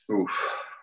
Oof